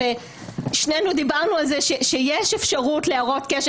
ושנינו דיברנו על כך שיש אפשרות להראות קשר.